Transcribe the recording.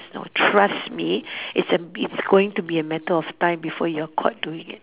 so trust me it's a it's going to be a matter of time before you're caught doing it